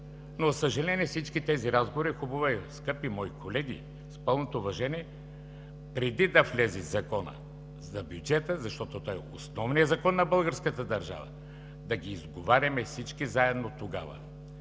За съжаление всички тези разговори е хубаво, скъпи мои колеги, с пълното уважение, преди да влезе Законът за бюджета, защото той е основният закон на българската държава, да ги изговаряме всички заедно тогава.